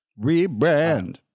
Rebrand